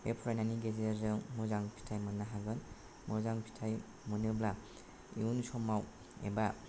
बे फरायनायनि गेजेरजों मोजां फिथाइ मोननो हागोन मोजां फिथाइ मोनोब्ला इउन समाव एबा